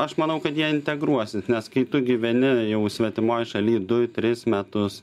aš manau kad jie integruosis nes kai tu gyveni jau svetimoj šaly du tris metus